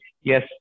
yes